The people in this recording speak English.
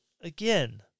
again